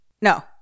No